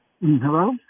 Hello